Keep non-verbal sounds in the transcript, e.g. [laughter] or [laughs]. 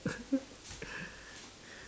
[laughs]